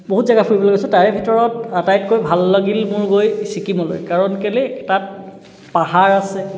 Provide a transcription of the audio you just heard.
বহুত জাগা ফুৰিবলৈ গৈছোঁ তাৰে ভিতৰত আটাতকৈ ভাল লাগিল মোৰ গৈ ছিকিমলৈ কাৰণ কেলে তাত পাহাৰ আছে